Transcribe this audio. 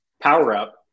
power-up